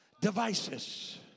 devices